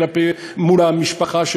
מול המשפחה,